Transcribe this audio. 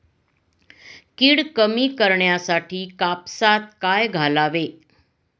कीड कमी करण्यासाठी कापसात काय घालावे?